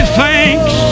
thanks